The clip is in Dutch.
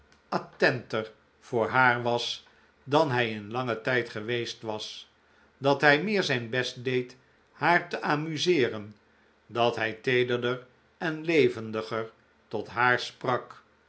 attenter voor haar was dan hij in langen tijd geweest was dat hij meer zijn best deed haar te amuseeren dat hij teederder en levendiger tot haar sprak